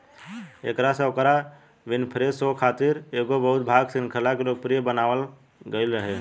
एकरा से ओकरा विनफ़्रे शो खातिर एगो बहु भाग श्रृंखला के लोकप्रिय बनावल गईल रहे